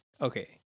okay